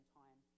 time